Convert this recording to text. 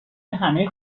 همه